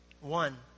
One